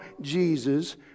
Jesus